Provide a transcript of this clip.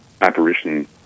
apparition